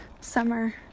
summer